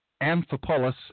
Amphipolis